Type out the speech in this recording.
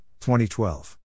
2012